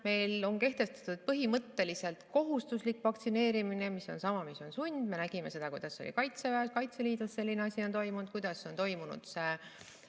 Meil on kehtestatud põhimõtteliselt kohustuslik vaktsineerimine, see on sama, mis on sund. Me nägime, kuidas on Kaitseväes ja Kaitseliidus selline asi toimunud, kuidas on toimunud